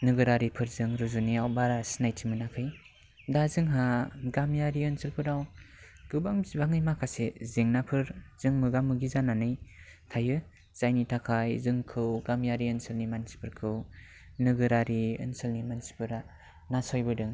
नोगोरारिफोरजों रुजुनायाव बारा सिनायथि मोनाखै दा जोंहा गामियारि ओनसोलफोराव गोबां बिबांनि माखासे जेंनाफोरजों मोगा मोगि जानानै थायो जायनि थाखाय जोंखौ गामियारि ओनसोलनि मानसिफोरखौ नोगोरारि ओनसोलनि मानसिफोरा नासयबोदों